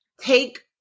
take